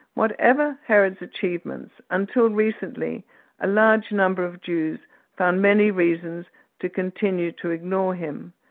whatever herod's achievements, until recently a large number of jews found many reasons to continue to ignore him.